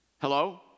Hello